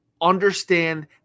understand